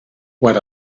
what